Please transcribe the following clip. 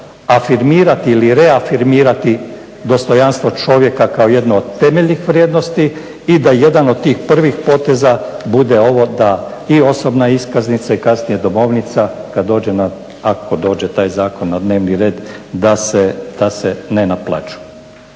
da se ne naplaćuju.